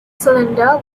cylinder